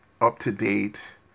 up-to-date